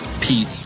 Pete